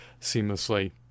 seamlessly